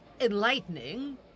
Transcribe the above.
enlightening